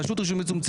רשות רישוי מצומצמת.